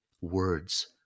words